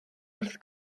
wrth